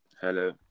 Hello